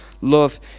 love